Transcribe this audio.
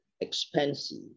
expensive